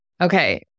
okay